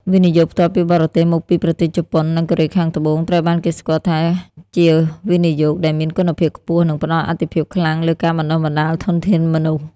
វិនិយោគផ្ទាល់ពីបរទេស មកពីប្រទេសជប៉ុន និងកូរ៉េខាងត្បូង ត្រូវបានគេស្គាល់ថាជាវិនិយោគដែលមានគុណភាពខ្ពស់ និងផ្ដល់អាទិភាពខ្លាំងលើការបណ្ដុះបណ្ដាលធនធានមនុស្ស។